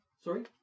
Sorry